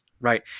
Right